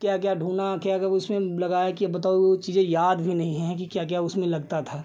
क्या क्या ढूँढना है क्या क्या अब उसमें लगाया कि अब बताओ वह चीज़ें याद भी नहीं हैं कि क्या क्या उसमें लगता था